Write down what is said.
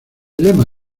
lema